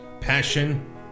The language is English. passion